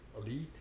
elite